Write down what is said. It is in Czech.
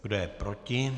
Kdo je proti?